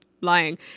lying